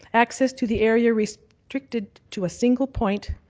access to the area restricted to a single point,